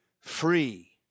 free